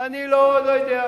אבל הוא לא עשה את מה שהם עשו.